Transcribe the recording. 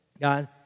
God